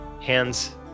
hands